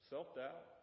self-doubt